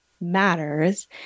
matters